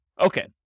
Okay